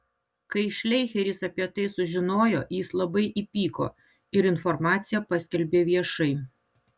kai šleicheris apie tai sužinojo jis labai įpyko ir informaciją paskelbė viešai